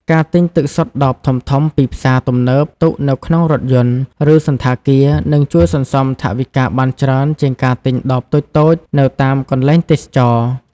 ការទិញទឹកសុទ្ធដបធំៗពីផ្សារទំនើបទុកនៅក្នុងរថយន្ត ឬសណ្ឋាគារ នឹងជួយសន្សំថវិកាបានច្រើនជាងការទិញដបតូចៗនៅតាមកន្លែងទេសចរណ៍។